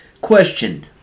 Question